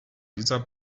dieser